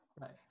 Right